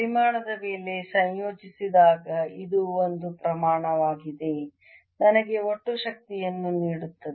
ಪರಿಮಾಣದ ಮೇಲೆ ಸಂಯೋಜಿಸಿದಾಗ ಇದು ಒಂದು ಪ್ರಮಾಣವಾಗಿದೆ ನನಗೆ ಒಟ್ಟು ಶಕ್ತಿಯನ್ನು ನೀಡುತ್ತದೆ